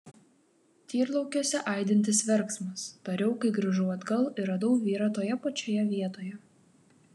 tyrlaukiuose aidintis verksmas tariau kai grįžau atgal ir radau vyrą toje pačioje vietoje